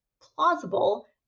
plausible